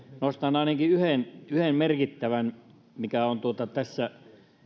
nostan ainakin yhden yhden merkittävän asian mikä on tässä